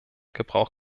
gebrauch